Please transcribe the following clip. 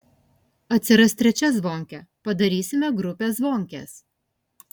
atsiras trečia zvonkė padarysime grupę zvonkės